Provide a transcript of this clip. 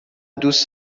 دوست